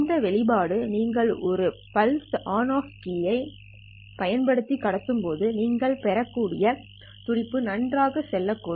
இந்த வெளிப்பாடு நீங்கள் ஒரு பல்ஸ் ஆன் ஆப் கீயிங் சிஸ்டம்ஐ பயன்படுத்தி கடத்தும்போது நீங்கள் பெற்றிருக்கக்கூடிய துடிப்பு நன்றாகச் சொல்லக்கூடும்